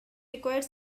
required